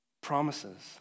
promises